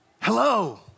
Hello